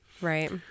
Right